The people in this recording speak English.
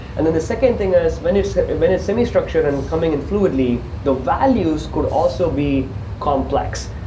and then the second thing is when it's when it's semi-structured and coming in fluidly, the values could also be complex.